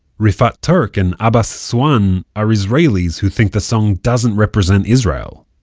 rifat turk and abbas suan are israelis who think the song doesn't represent israel.